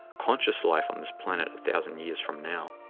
conscious life on this planet a thousand years from now.